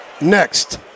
Next